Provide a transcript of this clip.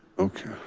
okay.